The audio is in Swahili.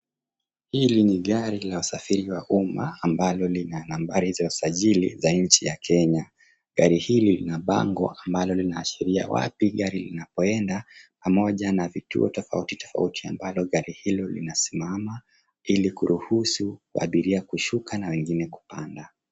Hili ni gari la usafiri wa umma ambalo lina nambari za usajili za nchi ya Kenya. Gari hili lina bango ambalo linaashiria wapi gari linapoenda, pamoja na vituo tofauti tofauti ambalo gari hilo linasimama, ili kuruhusi abiria kushuka na wengine kupanda.